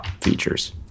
features